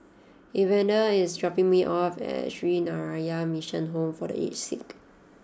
Evander is dropping me off at Sree Narayana Mission Home for The Aged Sick